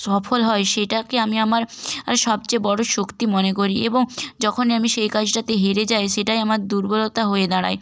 সফল হই সেটাকে আমি আমার আর সবচেয়ে বড়ো শক্তি মনে করি এবং যখনই আমি সেই কাজটাতে হেরে যাই সেটাই আমার দুর্বলতা হয়ে দাঁড়ায়